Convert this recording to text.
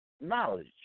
knowledge